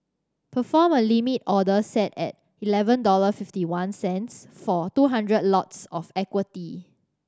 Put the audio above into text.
perform a limit order set at eleven dollar fiftyone cents for two hundred lots of equity